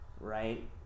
Right